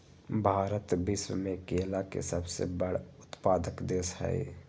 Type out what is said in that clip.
भारत विश्व में केला के सबसे बड़ उत्पादक देश हई